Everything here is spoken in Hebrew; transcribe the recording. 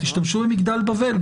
תשתמשו במגדל בבל,